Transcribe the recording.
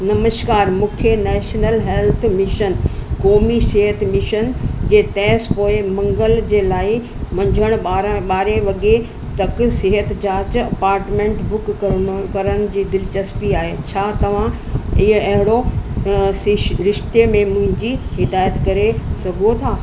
नमस्कार मूंखे National Health Mission क़ौमी सिहत मिशन जे तहस पोएं मंगल जे लाइ मंझंदि ॿारहं ॿारहें वॻे तक सिहत जांच अपार्टमेंट बुक करिणो करण जी दिलचस्पी आहे छा तव्हां ईअं अहिड़ो सिश रिश्ते में मुंहिंजी हिदायत करे सघो था